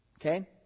okay